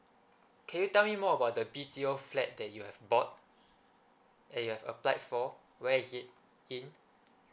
can you tell me more about the B_T_O flat that you have bought eh you've applied for where is it it